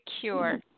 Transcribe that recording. cure